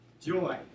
Joy